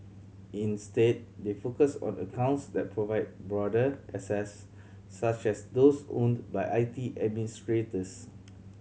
instead they focus on accounts that provide broader access such as those owned by I T administrators